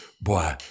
Boy